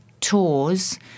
tours